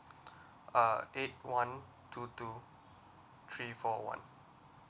uh eight one two two three four one